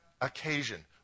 occasion